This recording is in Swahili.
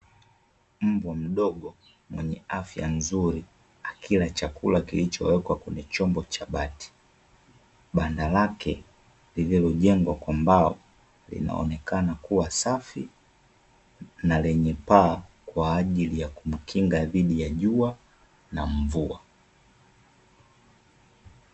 Mbwa mdogo mwenye afya nzuri akila chakula kilichowekwa kwenye chombo cha bati, banda lake lililojengwa kwa mbao linaonekana kuwa safi na lenye paa kwa ajili ya kumkinga dhidi ya jua na mvua .